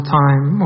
time